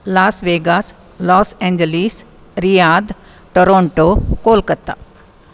Las Vegas Los Angeles Riyadh Toronto Kolkata